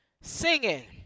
singing